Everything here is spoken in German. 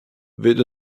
wird